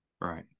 Right